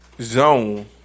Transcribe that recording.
zone